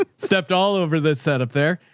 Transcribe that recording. ah stepped all over the set up there,